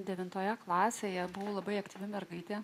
devintoje klasėje buvau labai aktyvi mergaitė